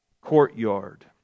courtyard